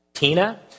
Tina